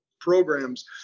programs